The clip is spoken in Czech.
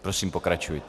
Prosím, pokračujte.